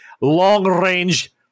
long-range